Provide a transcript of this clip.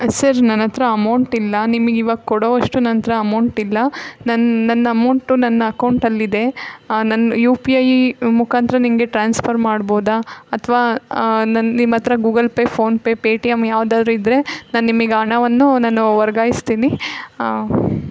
sir ನನ್ನ ಹತ್ರ amount ಇಲ್ಲ ನಿಮಗೆ ಇವಾಗ ಕೊಡುವಷ್ಟು ನನ್ನತ್ರ ಅಮೌಂಟ್ ಇಲ್ಲ ನನ್ನ ನನ್ನ ಅಮೌಂಟು ನನ್ನ ಅಕೌಂಟಲ್ಲಿ ಇದೆ ನನ್ನ ಯು ಪಿ ಐ ಮುಖಾಂತರ ನಿಮಗೆ ಟ್ರಾನ್ಸ್ಫರ್ ಮಾಡ್ಬೋದಾ ಅಥವಾ ನನ್ನ ನಿಮ್ಮ ಹತ್ರ ಗೂಗಲ್ ಪೇ ಫೋನ್ಪೇ ಪೇಟಿಯಮ್ ಯಾವುದಾದ್ರೂ ಇದ್ದರೆ ನಾನು ನಿಮಗೆ ಹಣವನ್ನು ನಾನು ವರ್ಗಾಯಿಸ್ತೀನಿ